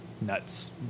nuts